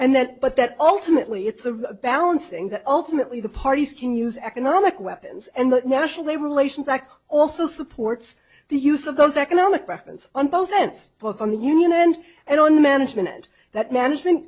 and that but that ultimately it's a balancing that ultimately the parties can use economic weapons and the national labor relations act also supports the use of those economic brackets on both ends both on the union end and on management that management